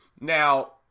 Now